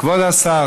ואני אומרת לכם,